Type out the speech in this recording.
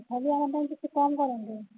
ତଥାପି ଆମ ପାଇଁ କିଛି କମ୍ କରନ୍ତୁ